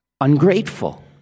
ungrateful